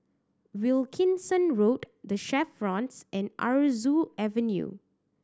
Wilkinson Road The Chevrons and Aroozoo Avenue